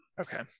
Okay